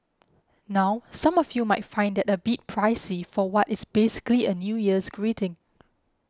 now some of you might find that a bit pricey for what is basically a New Year's greeting